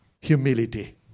humility